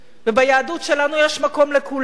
וביהדות שלנו יש מקום לכולם: